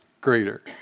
greater